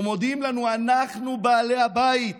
ומודיעים לנו: אנחנו בעלי הבית